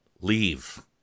Leave